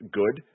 good